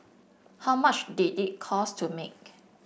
how much did it cost to make